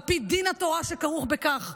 על פי דין התורה שכרוך בכך.